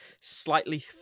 slightly